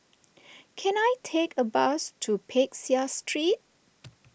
can I take a bus to Peck Seah Street